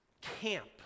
camp